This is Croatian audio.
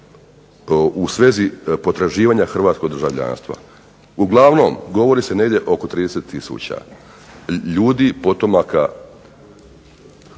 u svezi potraživanja hrvatskog državljanstva. Uglavnom govori se negdje oko 30 tisuća ljudi potomaka